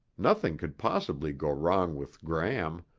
nothing could possibly go wrong with gram,